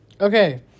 Okay